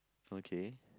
okay